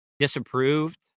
disapproved